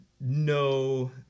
no